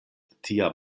tia